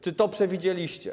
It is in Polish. Czy to przewidzieliście?